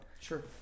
sure